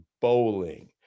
bowling